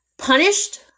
Punished